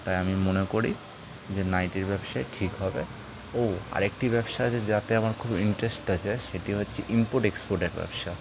তাই আমি মনে করি যে নাইটির ব্যবসাই ঠিক হবে ও আরেকটি ব্যবসা আছে যাতে আমার খুব ইন্টারেস্ট আছে সেটি হচ্ছে ইমপোর্ট এক্সপোর্টের ব্যবসা